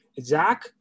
Zach